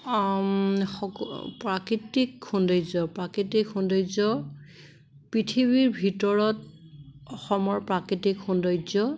সকল প্ৰাকৃতিক সৌন্দৰ্য প্ৰাকৃতিক সৌন্দৰ্য পৃথিৱীৰ ভিতৰত অসমৰ প্ৰাকৃতিক সৌন্দৰ্য